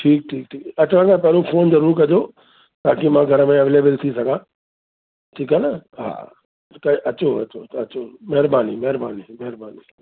ठीकु ठीकु ठीकु अचनि खां पहिरियों फ़ोन जरूर कजो ताकि मां घर में अवेलेबल थी सघां ठीकु आहे न हा त अचो अचो अचो महिरबानी महेरबानी महिरबानी